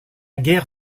guerre